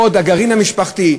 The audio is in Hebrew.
והגרעין המשפחתי,